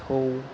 थौ